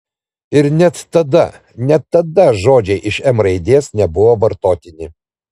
ir net tada net tada žodžiai iš m raidės nebuvo vartotini